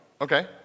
Okay